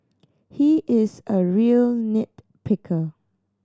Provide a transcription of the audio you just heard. he is a real nit picker